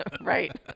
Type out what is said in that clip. Right